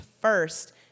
first